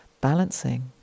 balancing